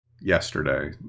yesterday